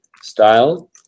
style